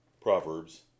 Proverbs